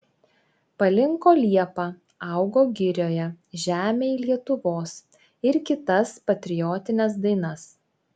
palinko liepa augo girioje žemėj lietuvos ir kitas patriotines dainas